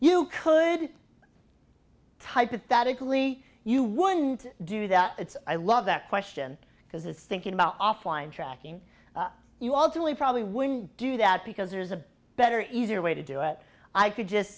you could hypothetically you wouldn't do that it's i love that question because this thinking about offline tracking you all truly probably wouldn't do that because there's a better easier way to do it i could just